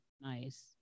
nice